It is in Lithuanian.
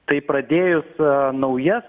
tai pradėjus naujas